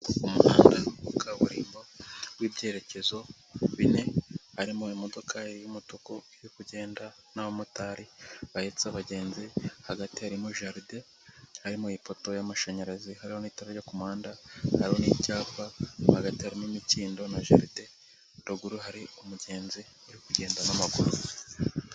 Umuhanda wa kaburimbo w'ibyerekezo bine, harimo imodoka y'umutuku iri kugenda, n'abamotari bahetsa abagenzi, hagati harimo jaride, harimo ipoto y'amashanyarazi, hari n'itara ryo ku muhanda, hariho n'icyapa, mo hagati hariko imikindo na jaride, ruguru hari umugenzi uri kugenda n'amaguru.